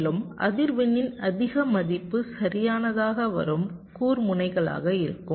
மேலும் அதிர்வெண்ணின் அதிக மதிப்பு சரியானதாக வரும் கூர்முனைகளாக இருக்கும்